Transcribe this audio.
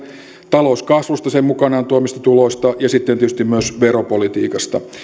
talouskasvusta sen mukanaan tuomista tuloista ja sitten tietysti myös veropolitiikasta